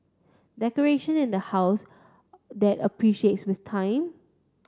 decoration in the house that appreciates with time